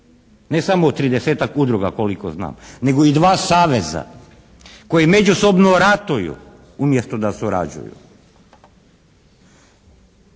Ne samo tridesetak udruga koliko znam nego i dva saveza koji međusobno ratuju umjesto da surađuju.